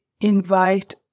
invite